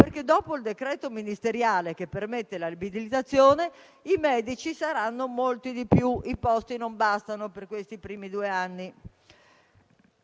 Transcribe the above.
perché, dopo il decreto ministeriale che permette l'abilitazione, i medici saranno molti di più, quindi i posti non bastano per questi primi due anni.